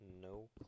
no